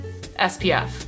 SPF